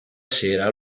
sera